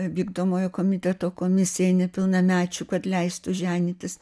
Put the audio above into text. vykdomojo komiteto komisijai nepilnamečių kad leistų ženytis